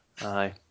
Aye